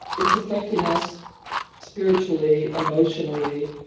it's affecting us spiritually, emotionally,